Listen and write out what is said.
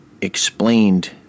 explained